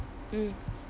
mm